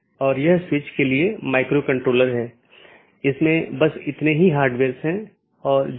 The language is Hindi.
पथ को पथ की विशेषताओं के रूप में रिपोर्ट किया जाता है और इस जानकारी को अपडेट द्वारा विज्ञापित किया जाता है